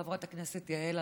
חברת הכנסת יעל,